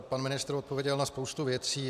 Pan ministr odpověděl na spoustu věcí.